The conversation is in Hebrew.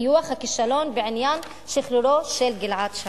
טיוח הכישלון בעניין שחרורו של גלעד שליט.